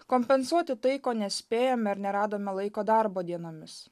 kompensuoti tai ko nespėjome ar neradome laiko darbo dienomis